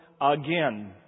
again